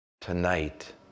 tonight